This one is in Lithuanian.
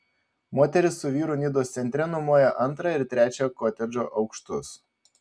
moteris su vyru nidos centre nuomoja antrą ir trečią kotedžo aukštus